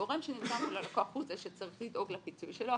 הגורם שנתנו ללקוח הוא זה שצריך לדאוג לפיצוי שלו,